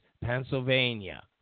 Pennsylvania